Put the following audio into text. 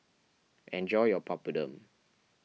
enjoy your Papadum